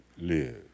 live